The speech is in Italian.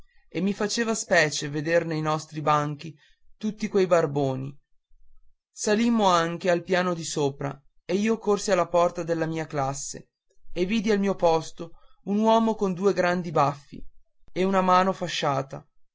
e mi faceva specie veder nei nostri banchi tutti quei barboni salimmo anche al piano di sopra e io corsi alla porta della mia classe e vidi al mio posto un uomo con due grandi baffi e una mano fasciata